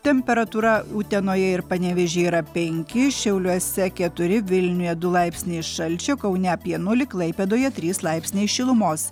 temperatūra utenoje ir panevėžyje yra penki šiauliuose keturi vilniuje du laipsniai šalčio kaune apie nulį klaipėdoje trys laipsniai šilumos